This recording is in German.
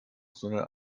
sondern